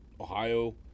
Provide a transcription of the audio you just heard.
Ohio